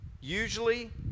usually